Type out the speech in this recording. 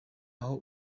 aho